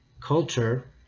culture